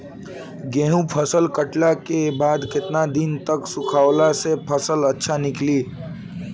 गेंहू फसल कटला के बाद केतना दिन तक सुखावला से फसल अच्छा निकली?